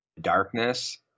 darkness